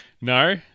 no